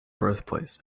birthplace